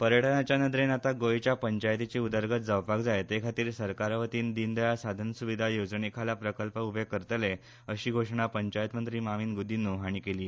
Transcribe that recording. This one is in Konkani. पर्यटनाचे नदरेन आतां गोंयच्या पंचायतीची उदरगत जावपाक जाय ते खातीर सरकारा वतीन दिनदयाळ साधन सु्विधा येवजणे खाला प्रकल्प उबे करतले अशी घोशळा पंचायत मंत्री मॉवीन ग्रदिन्य हांणी केली